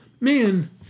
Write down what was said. man